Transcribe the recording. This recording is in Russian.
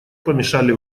помешали